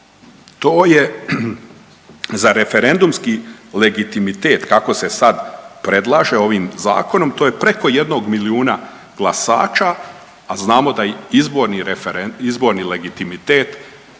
To je za referendumski legitimitet kako se sad predlaže ovim zakonom, to je preko jednog milijuna glasača a znamo da izborni legitimitet